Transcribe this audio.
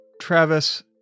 Travis